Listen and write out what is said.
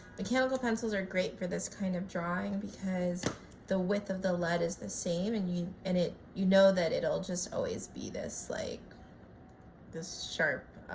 mechanical pencils are great for this kind of drawing because the width of the lead is the same and you and it you know that it'll just always be this like this sharp